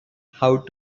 how